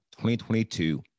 2022